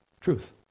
truth